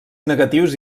negatius